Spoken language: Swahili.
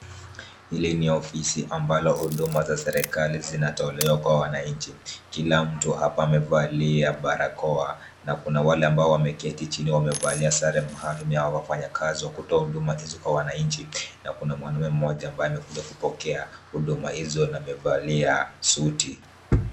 Hili ni ofisi ambalo huduma za serikali zinatolewa kwa wananchi. Kila mtu hapa amevalia barakoa na kuna wale ambao wameketi chini wamevalia sare maalum ya wafanyikazi wa kutoa huduma hizo kwa wananchi na kuna mwanamume mmoja ambaye amekuja kupokea huduma hizo na amevalia suti.